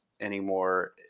anymore